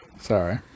Sorry